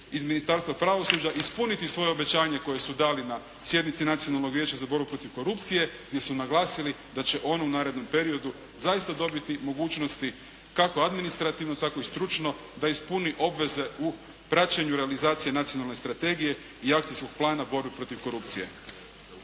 iz Ministarstva pravosuđa ispuniti svoje obećanje koje su dali na sjednici Nacionalnog vijeća za borbu protiv korupcije, gdje su naglasili da će on u narednom periodu zaista dobiti mogućnosti kako administrativno, tako i stručno da ispuni obveze u praćenju realizacije Nacionalne strategije i Akcijskog plana borbe protiv korupcije.